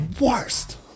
worst